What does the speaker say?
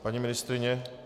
Paní ministryně?